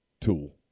tool